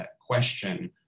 question